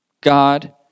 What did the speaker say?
God